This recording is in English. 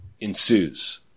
ensues